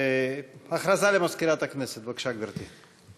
הודעה למזכירת הכנסת, בבקשה, גברתי.